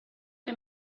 que